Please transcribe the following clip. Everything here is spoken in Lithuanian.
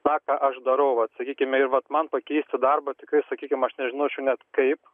tą ką aš darau va sakykime ir vat man pakeisti darbą tikrai sakykim aš nežinočiau net kaip